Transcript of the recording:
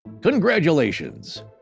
Congratulations